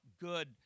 good